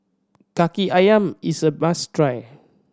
Kaki Ayam is a must try